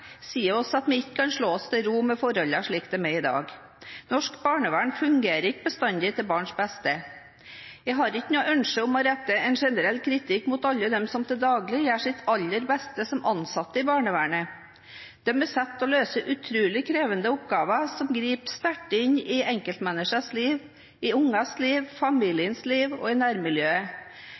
sier oss at vi ikke kan slå oss til ro med forholdene slik de er i dag. Norsk barnevern fungerer ikke bestandig til barns beste. Jeg har ikke noe ønske om å rette en generell kritikk mot alle dem som til daglig gjør sitt aller beste som ansatte i barnevernet. De blir satt til å løse utrolig krevende oppgaver som griper sterkt inn i enkeltmenneskers liv, i ungers liv, i familiers liv og i nærmiljøet.